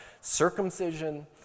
circumcision